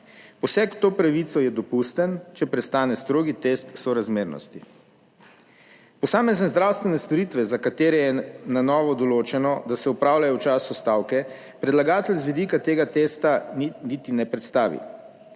v to pravico je dopusten, če prestane strogi test sorazmernosti. Posamezne zdravstvene storitve, za katere je na novo določeno, da se opravljajo v času stavke, predlagatelj z vidika tega testa niti ne predstavi,